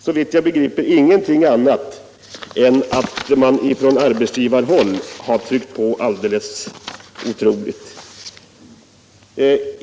Såvitt jag begriper ingenting annat än att man från arbetsgivarhåll har tryckt på alldeles otroligt.